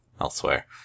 Elsewhere